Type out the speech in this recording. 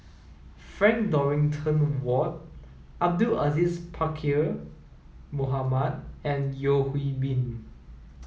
Frank Dorrington Ward Abdul Aziz Pakkeer Mohamed and Yeo Hwee Bin